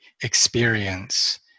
experience